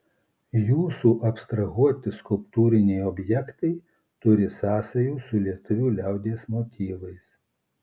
jūsų abstrahuoti skulptūriniai objektai turi sąsajų su lietuvių liaudies motyvais